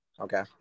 Okay